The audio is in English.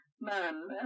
man